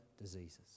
diseases